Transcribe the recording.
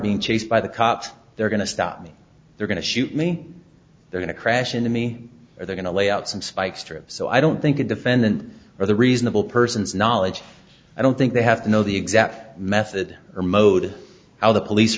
being chased by the cops they're going to stop me they're going to shoot me they're in a crash into me are they going to lay out some spike strips so i don't think a defendant or the reasonable person's knowledge i don't think they have to know the exact method or mode how the police